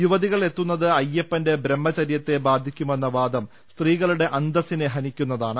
യുവതികൾ എത്തുന്നത് അയ്യപ്പന്റെ ബ്രഹ്മചര്യത്തെ ബാധി ക്കുമെന്ന വാദം സ്ത്രീകളുടെ അന്തസ്സിനെ ഹനിക്കുന്നതാണ്